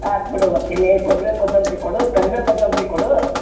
ಆತು ಬಿಡು ಮತ್ತು ಇನ್ನೇನು ಕರ್ಬೇವು ಕೊತ್ತಂಬರಿ ಕೊಡು ಕರ್ಬೇವು ಕೊತ್ತಂಬರಿ ಕೊಡು